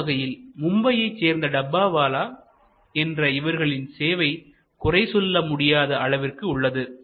அந்த வகையில் மும்பையைச் சேர்ந்த டப்பாவாலா என்ற இவர்களின் சேவை குறை சொல்ல முடியாத அளவிற்கு உள்ளது